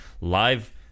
live